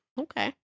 Okay